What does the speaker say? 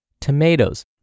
tomatoes